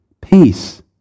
Peace